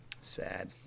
Sad